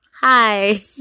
hi